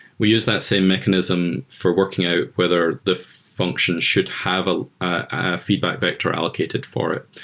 we use that same mechanism for working out whether the function should have ah a feedback vector allocated for it.